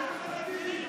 איזה תרגיל?